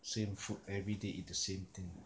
same food everyday eat the same thing